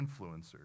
influencers